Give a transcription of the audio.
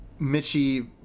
Mitchie